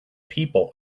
people